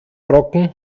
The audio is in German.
brocken